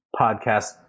podcast